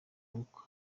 gukwa